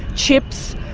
chips,